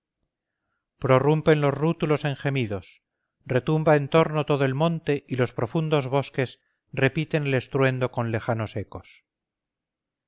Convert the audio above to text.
turno prorrumpen los rútulos en gemidos retumba en torno todo el monte y los profundos bosques repiten el estruendo con lejanos ecos